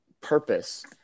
purpose